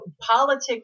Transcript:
politics